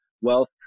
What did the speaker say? wealth